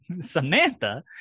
Samantha